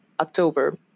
October